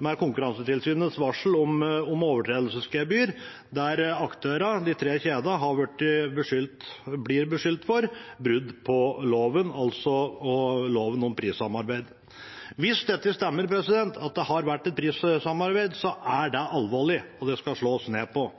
med Konkurransetilsynets varsel om overtredelsesgebyr, der aktørene, de tre kjedene, blir beskyldt for brudd på loven, altså loven om prissamarbeid. Hvis dette stemmer, at det har vært et prissamarbeid, er det alvorlig, og det skal slås ned på.